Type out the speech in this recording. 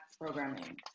programming